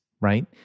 Right